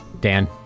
Dan